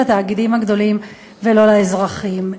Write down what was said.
לתאגידים הגדולים ולא לאזרחים.